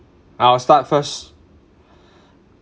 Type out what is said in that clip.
I'll start first